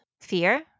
Fear